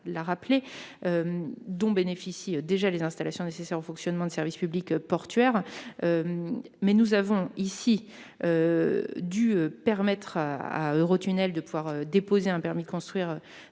dont bénéficient déjà les installations nécessaires au fonctionnement des services publics portuaires. Nous avons dû permettre à Eurotunnel de déposer un permis de construire